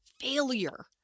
failure